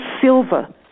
silver